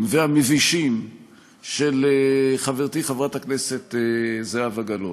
והמבישים של חברתי חברת הכנסת זהבה גלאון.